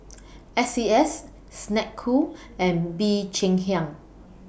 S C S Snek Ku and Bee Cheng Hiang